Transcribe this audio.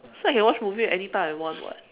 so I can watch movie anytime I want [what]